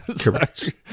Correct